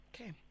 Okay